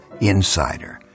insider